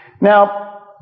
Now